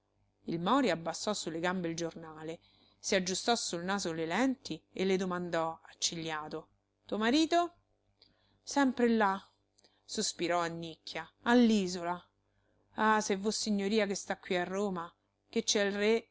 il mori abbassò su le gambe il giornale si aggiustò sul naso le lenti e le domandò accigliato tuo marito sempre là sospirò annicchia allisola ah se vossignoria che sta qui a roma che cè il re